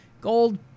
Gold